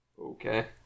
Okay